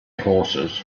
horses